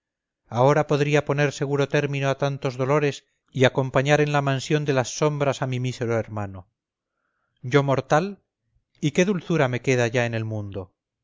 ahora podría poner seguro término a tantos dolores y acompañar en la mansión de las sombras a mi mísero hermano yo mortal y qué dulzura me queda ya en el mundo